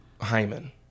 Hyman